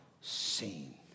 seen